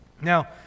Now